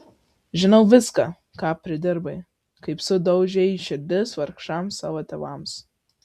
žinau viską ką pridirbai kaip sudaužei širdis vargšams savo tėvams